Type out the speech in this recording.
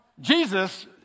Jesus